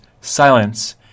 silence